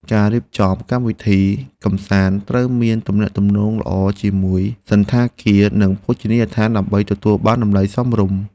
អ្នករៀបចំកម្មវិធីកម្សាន្តត្រូវមានទំនាក់ទំនងល្អជាមួយសណ្ឋាគារ និងភោជនីយដ្ឋានដើម្បីទទួលបានតម្លៃសមរម្យ។